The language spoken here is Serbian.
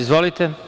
Izvolite.